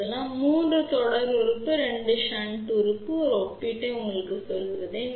எனவே 3 தொடர் உறுப்பு 2 ஷன்ட் உறுப்பு மற்றும் ஒப்பீட்டை உங்களுக்குச் சொல்வதை நீங்கள் காணலாம்